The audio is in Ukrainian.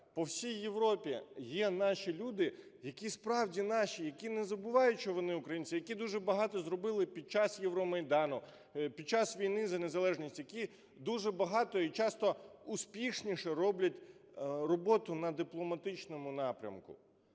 по всій Європі є наші люди, які справді наші, які не забувають, що вони українці, які дуже багато зробили під час Євромайдану, під час війни за незалежність, які дуже багато і часто успішніше роблять роботу на дипломатичному напрямку.